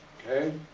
okay.